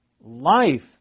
life